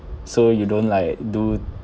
so you don't like do